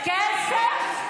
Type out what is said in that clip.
כסף.